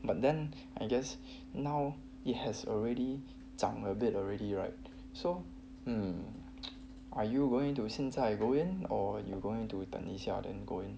but then I guess now it has already 长 a bit already right so hmm are you going to 现在 go in or you going to 等一下 then go in